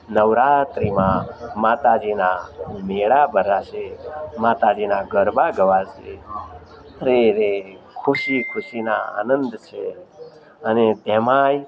નવરાત્રિમાં માતાજીના મેળા ભરાશે માતાજીના ગરબા ગવાશે રે રે ખુશી ખુશીના આનંદ છે અને તેમાંય